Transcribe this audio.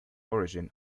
origin